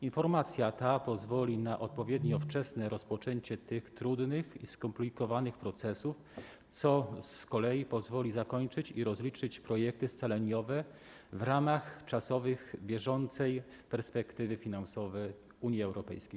Informacja ta pozwoli na odpowiednio wczesne rozpoczęcie tych trudnych i skomplikowanych procesów, co z kolei pozwoli zakończyć i rozliczyć projekty scaleniowe w ramach czasowych bieżącej perspektywy finansowej Unii Europejskiej.